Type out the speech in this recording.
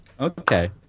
Okay